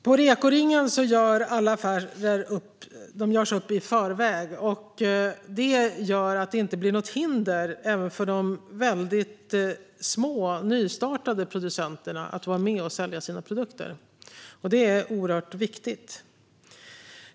På REKO-ringen görs alla affärer upp i förväg, vilket gör att det inte finns några hinder för de små, nystartade producenterna att vara med och sälja sina produkter. Det är oerhört viktigt.